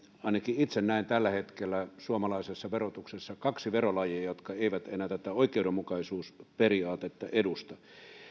ainakin itse näen tällä hetkellä suomalaisessa verotuksessa kaksi verolajia jotka eivät enää tätä oikeudenmukaisuusperiaatetta edusta